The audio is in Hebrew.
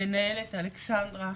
המנהלת אלכסנדרה,